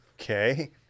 Okay